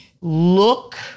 look